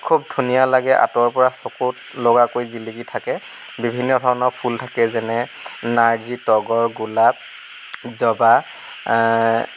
খুব ধুনীয়া লাগে আঁতৰৰ পৰা চকুত লগাকৈ জিলিকি থাকে বিভিন্ন ধৰণৰ ফুল থাকে যেনে নাৰ্জী তগৰ গোলাপ জবা